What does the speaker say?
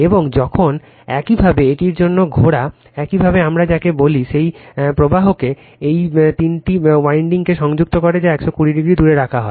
এবং যখন একইভাবে এটির মধ্যে ঘোরে একইভাবে আমরা যাকে বলি সেই প্রবাহকে এই তিনটি উইন্ডিংকে সংযুক্ত করে যা 120 ডিগ্রি দূরে রাখা হয়